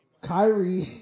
Kyrie